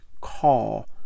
call